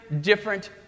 different